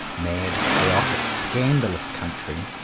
mad, chaotic, scandalous country,